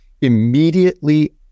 immediately